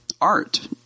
art